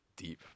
deep